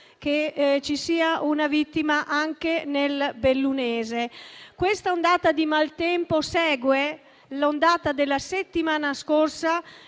che ci sia una vittima anche nel bellunese. Questa ondata di maltempo segue quella della settimana scorsa